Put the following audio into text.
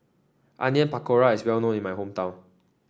Onion Pakora is well known in my hometown